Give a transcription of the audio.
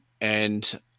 and-